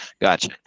gotcha